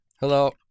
Hello